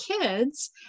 kids